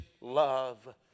love